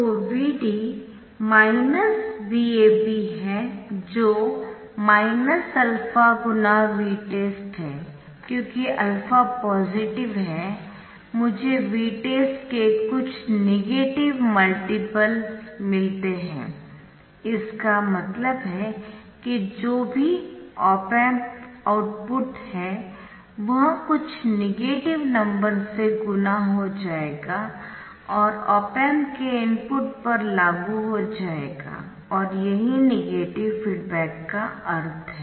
तोVd VAB है जो α × Vtest है क्योंकि α पॉजिटिव है मुझे Vtest के कुछ नेगेटिव मल्टीपल मिलते है इसका मतलब है कि जो भी ऑप एम्प आउटपुट है वह कुछ नेगेटिवनंबर से गुणा हो जाएगा और ऑप एम्प के इनपुट पर लागू हो जाएगा और यही नेगेटिव फीडबैक का अर्थ है